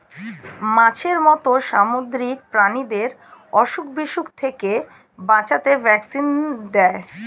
মাছের মত সামুদ্রিক প্রাণীদের অসুখ বিসুখ থেকে বাঁচাতে ভ্যাকসিন দেয়